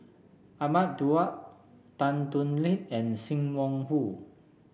Ahmad Daud Tan Thoon Lip and Sim Wong Hoo